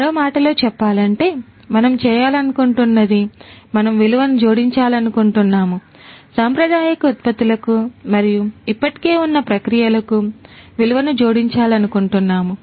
మరో మాటలో చెప్పాలంటేమనం చేయాలనుకుంటున్నది మనం విలువను జోడించాలనుకుంటున్నాముసాంప్రదాయక ఉత్పత్తులకు మరియు ఇప్పటికే ఉన్న ప్రక్రియలకు విలువను జోడించాలనుకుంటున్నాము